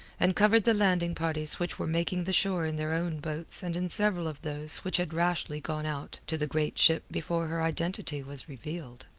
and covered the landing parties which were making the shore in their own boats and in several of those which had rashly gone out to the great ship before her identity was revealed.